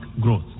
growth